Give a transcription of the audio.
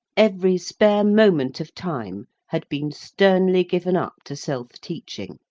every spare moment of time had been sternly given up to self teaching.